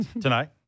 tonight